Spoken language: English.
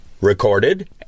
recorded